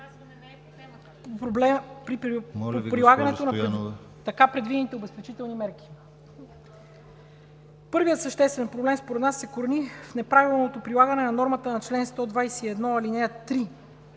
прилагането на така предвидените обезпечителни мерки. Първият съществен проблем според нас се корени в неправилното прилагане на нормата на чл. 121а, ал. 3,